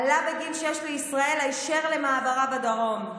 עלה בגיל שש לישראל היישר למעברה בדרום,